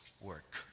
work